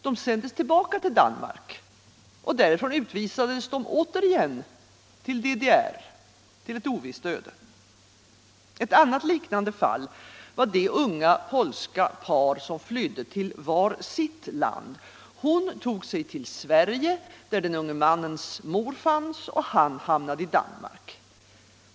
De sändes tillbaka till Danmark, och därifrån utvisades de återigen, till DDR, till ett ovisst öde. Ett annat liknande fall var det unga polska par, som flydde till var sitt land. Hon tog sig till Sverige, där den unge mannens mor fanns, och han hamnade i Danmark.